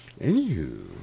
Anywho